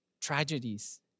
tragedies